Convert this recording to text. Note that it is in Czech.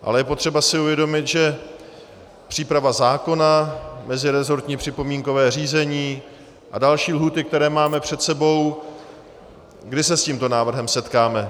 Ale je potřeba si uvědomit, že příprava zákona, mezirezortní připomínkové řízení a další lhůty, které máme před sebou kdy se s tímto návrhem setkáme?